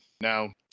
now